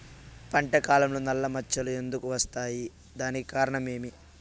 పంట కాలంలో నల్ల మచ్చలు ఎందుకు వస్తాయి? దానికి కారణం ఏమి?